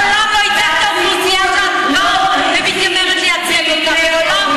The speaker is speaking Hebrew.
מעולם לא ייצגת את האוכלוסייה שאת מתיימרת לייצג אותה.